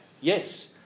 yes